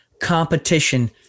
competition